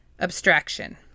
Abstraction